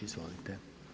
Izvolite.